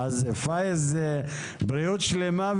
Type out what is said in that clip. אז פאיז, בריאות שלמה.